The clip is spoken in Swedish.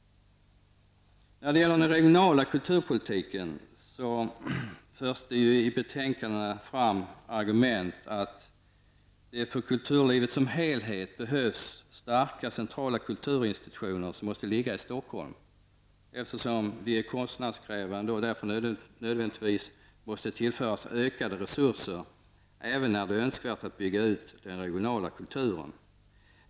När det gäller den regionala kulturpolitiken förs det i betänkandena fram argument om att det för kulturlivet som helhet behövs starka centrala kulturinstitutioner som måste ligga i Stockholm, eftersom de är kostnadskrävande och därför nödvändigtvis måste tillföras ökade resurser -- även när det är önskvärt att bygga ut den regionala kulturen.